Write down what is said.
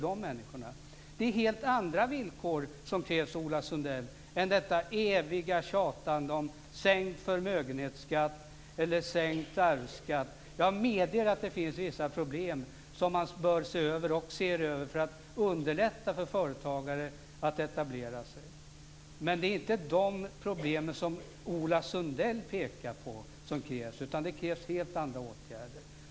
Det är helt andra villkor som krävs, Ola Sundell, än detta eviga tjatande om sänkt förmögenhetsskatt och sänkt arvsskatt. Jag medger att det finns vissa problem som man bör se över, och ser över, för att underlätta för företagare att etablera sig. Men det är inte de åtgärder som Ola Sundell pekar på som krävs, utan det krävs helt andra åtgärder.